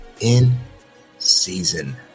in-season